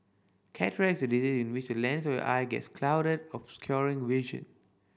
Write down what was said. cataract is a disease in which the lens of the eye gets clouded obscuring vision